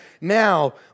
...now